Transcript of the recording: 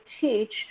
teach